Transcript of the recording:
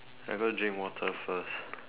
I go and drink water first